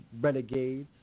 Renegades